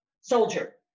soldier